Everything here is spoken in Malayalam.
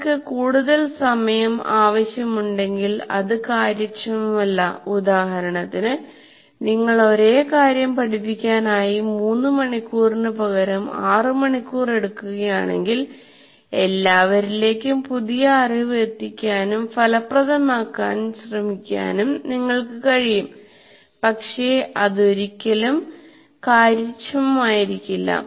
നിങ്ങൾക്ക് കൂടുതൽ സമയം ആവശ്യമുണ്ടെങ്കിൽ അത് കാര്യക്ഷമമല്ല ഉദാഹരണത്തിന് നിങ്ങൾ ഒരേ കാര്യം പഠിപ്പിക്കാനായി 3 മണിക്കൂറിനുപകരം 6 മണിക്കൂർ എടുക്കുകയാണെങ്കിൽ എല്ലാവറിലേക്കും പുതിയ അറിവ് എത്തിക്കാനും ഫലപ്രദമാക്കാൻ ശ്രമിക്കാനും നിങ്ങൾക്ക് കഴിയും പക്ഷേ അതൊരിക്കലും കാര്യക്ഷമമായിരിക്കില്ല